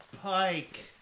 Pike